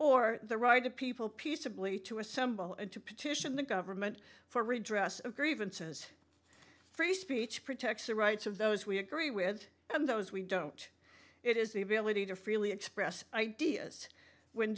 or the right of people peaceably to assemble and to petition the government for redress of grievances free speech protects the rights of those we agree with and those we don't it is the ability to freely express ideas when